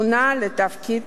מונה לתפקיד